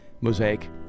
Mosaic